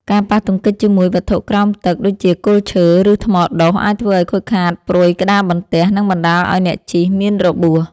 ការប៉ះទង្គិចជាមួយវត្ថុក្រោមទឹក ដូចជាគល់ឈើ ឬថ្មដុះ អាចធ្វើឱ្យខូចខាតព្រុយក្តារបន្ទះ និងបណ្ដាលឱ្យអ្នកជិះមានរបួស។